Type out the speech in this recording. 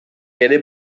ere